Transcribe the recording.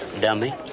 dummy